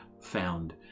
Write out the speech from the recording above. found